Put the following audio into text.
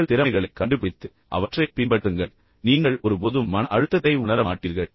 உங்கள் பரிசுகளைக் கண்டுபிடித்து அவற்றைப் பின்பற்றுங்கள் நீங்கள் ஒருபோதும் மன அழுத்தத்தை உணர மாட்டீர்கள்